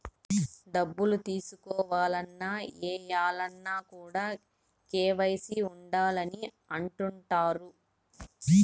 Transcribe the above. డబ్బులు తీసుకోవాలన్న, ఏయాలన్న కూడా కేవైసీ ఉండాలి అని అంటుంటారు